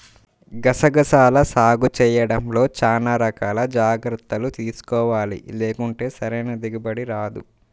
గసగసాల సాగు చేయడంలో చానా రకాల జాగర్తలు తీసుకోవాలి, లేకుంటే సరైన దిగుబడి రాదు